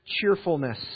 cheerfulness